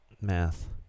Math